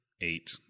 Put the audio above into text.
eight